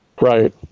Right